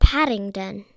Paddington